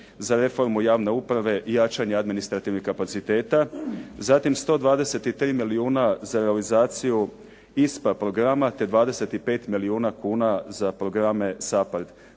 za reformu javne uprave i jačanje administrativnih kapaciteta. Zatim, 123 milijuna za realizaciju ISPA programa, te 25 milijuna kuna za programe SAPARD